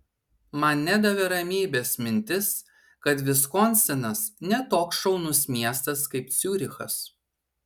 man nedavė ramybės mintis kad viskonsinas ne toks šaunus miestas kaip ciurichas